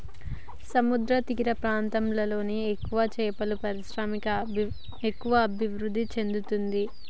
సముద్రతీర ప్రాంతాలలో ఎక్కువగా చేపల పరిశ్రమ ఎక్కువ అభివృద్ధి చెందుతది